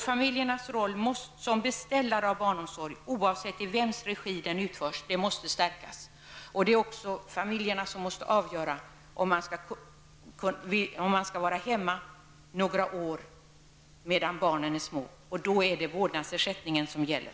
Familjernas roll som beställare av barnomsorg, oavsett i vems regi den utförs, måste stärkas. Det är också familjerna som måste avgöra om någon skall vara hemma några år medan barnen är små. Då är det vårdnadsersättningen som gäller.